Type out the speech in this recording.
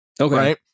Okay